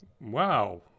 Wow